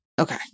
Okay